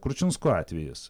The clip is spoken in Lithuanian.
kručinskų atvejis